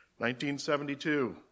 1972